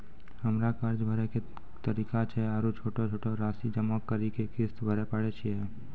हमरा कर्ज भरे के की तरीका छै आरू छोटो छोटो रासि जमा करि के किस्त भरे पारे छियै?